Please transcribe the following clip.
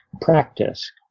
practice